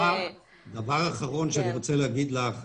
דבר אחרון שאני רוצה לומר לך.